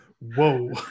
whoa